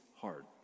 hard